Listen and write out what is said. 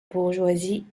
bourgeoisie